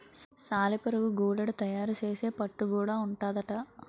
సాలెపురుగు గూడడు తయారు సేసే పట్టు గూడా ఉంటాదట